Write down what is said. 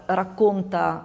racconta